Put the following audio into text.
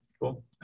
Cool